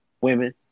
Women